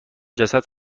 جسد